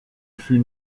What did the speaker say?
fut